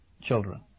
children